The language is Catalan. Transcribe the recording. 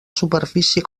superfície